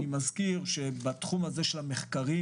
אני מזכיר שבתחום המחקרים,